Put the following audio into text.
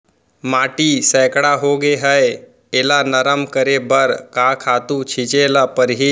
माटी सैकड़ा होगे है एला नरम करे बर का खातू छिंचे ल परहि?